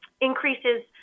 increases